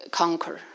conquer